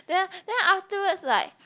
then then afterwards like